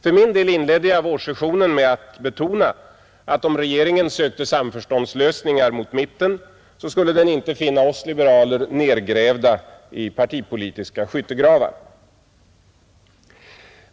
För min del inledde jag vårsessionen med att betona, att om regeringen sökte samförståndslösningar mot mitten skulle den inte finna oss liberaler nedgrävda i partipolitiska skyttegravar.